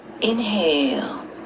Inhale